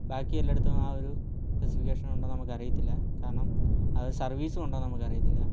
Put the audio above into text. ബാക്കിയെല്ലായിടത്തും ആ ഒരു സ്പെസിഫിക്കേഷൻ ഉണ്ടെന്ന് നമുക്ക് അറിയത്തില്ല കാരണം അത് സർവീസ് ഉണ്ടോ എന്നും നമുക്ക് അറിയത്തില്ല